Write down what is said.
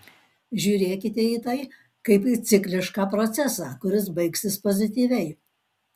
žiūrėkite į tai kaip į ciklišką procesą kuris baigsis pozityviai